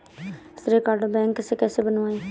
श्रेय card bank से कैसे बनवाएं?